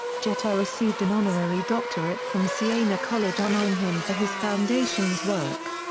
jeter received an honorary doctorate from siena college honoring him for his foundation's work.